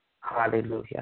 Hallelujah